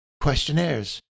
questionnaires